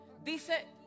dice